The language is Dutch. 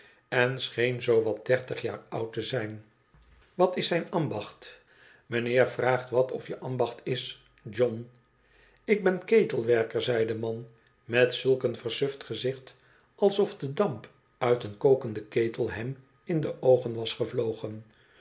en scheen zoo wat dertig jaar oud te zijn wat is zijn ambacht mijnheer vraagt wat of je ambacht is john ik ben ketelwerker zei de man met zulk een versuft gezicht alsof de damp uit een kokende ketel hem in de oogen was gevlogen